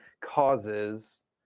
causes